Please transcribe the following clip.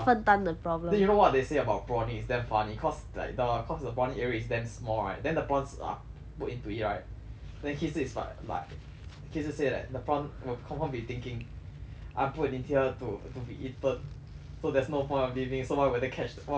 then you know what they say about prawning it's damn funny cause like the cause the prawning area is damn small right then the prawns are put into it right then ki zhi is f~ like ki zhi say that the prawn will confirm be thinking I'm put in here to be eaten so there's no point of living so why will they catch why will they eat the bait